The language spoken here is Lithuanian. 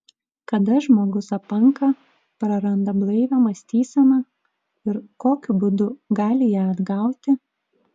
kada žmogus apanka praranda blaivią mąstyseną ir kokiu būdu gali ją atgauti